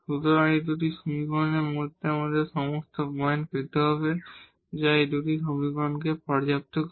সুতরাং এই দুটি সমীকরণের মধ্যে আমাদের সমস্ত পয়েন্ট পেতে হবে যা এই দুটি সমীকরণকে পর্যাপ্ত করে